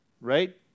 right